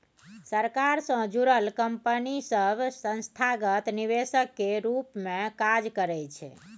सरकार सँ जुड़ल कंपनी सब संस्थागत निवेशक केर रूप मे काज करइ छै